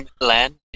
land